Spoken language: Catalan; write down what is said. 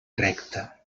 recta